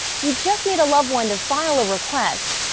you just need a loved-one to file a request.